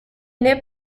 née